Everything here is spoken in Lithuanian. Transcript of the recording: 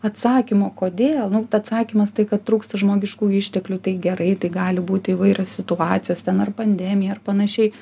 atsakymo kodėl nu atsakymas tai kad trūksta žmogiškųjų išteklių tai gerai tai gali būti įvairios situacijos ten ar pandemija ir panašiai